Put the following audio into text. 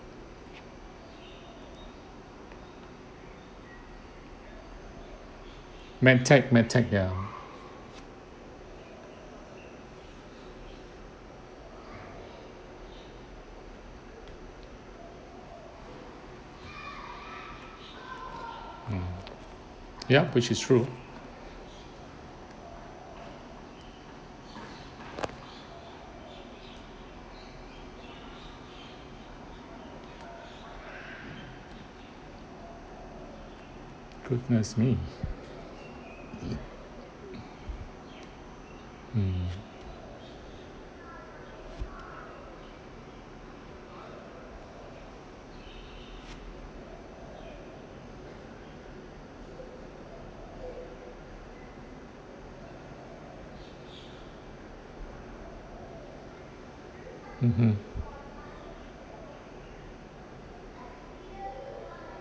Maytag Maytag ya mm yup which is true goodness me mm mmhmm